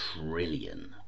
trillion